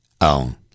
own